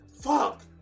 fuck